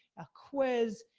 a quiz,